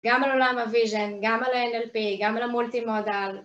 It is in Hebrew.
גם על עולם הוויזן, גם על ה-NLP, גם על המולטימודל.